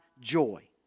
joy